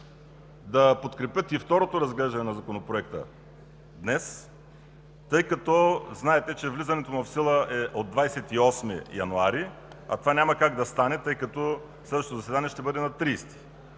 да подкрепят и второто разглеждане на Законопроекта днес, тъй като знаете, че влизането му в сила е от 28 януари 2019 г., а това няма как да стане, тъй като следващото заседание ще бъде на 30-и